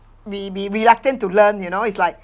we we reluctant to learn you know it's like